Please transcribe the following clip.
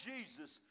Jesus